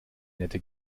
nette